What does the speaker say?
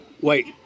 Wait